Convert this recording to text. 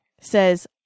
says